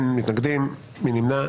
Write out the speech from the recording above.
מי נמנע?